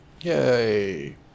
yay